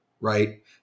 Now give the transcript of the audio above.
right